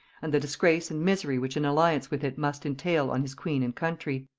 and the disgrace and misery which an alliance with it must entail on his queen and country.